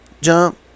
jump